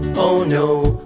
oh no,